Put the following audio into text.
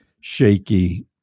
shaky